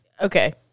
Okay